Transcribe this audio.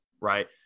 right